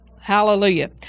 Hallelujah